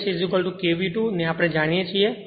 V2 K V2 ને આપણે જાણીએ છીએ